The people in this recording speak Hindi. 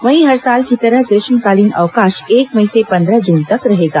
वहीं हर साल की तरह ग्रीष्मकालीन अवकाश एक मई से पंद्रह जून तक रहेगा